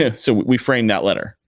yeah so we framed that letter.